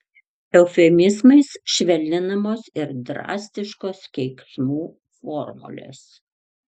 eufemizmais švelninamos ir drastiškos keiksmų formulės